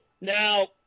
Now